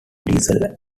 diesel